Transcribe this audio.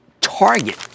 Target